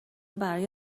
برای